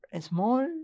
small